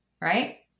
Right